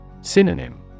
Synonym